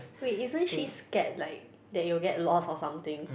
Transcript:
wait isn't she scared like that you'll get lost or something